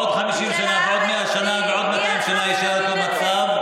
אז עוד 50 שנה ועוד 100 שנה ועוד 200 שנה יישאר אותו מצב,